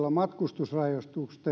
matkustusrajoitukset